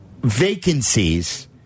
vacancies